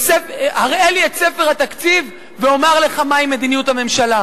הראה לי את ספר התקציב ואומר לך מהי מדיניות הממשלה.